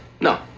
no